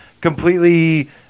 completely